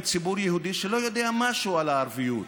ציבור יהודי שלא יודע משהו על הערביות?